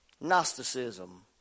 Gnosticism